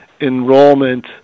enrollment